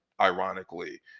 ironically